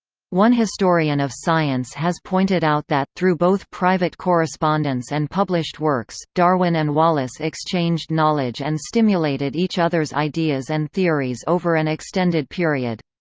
one historian of science has pointed out that, through both private correspondence and published works, darwin and wallace exchanged knowledge and stimulated each other's ideas and theories over an extended period.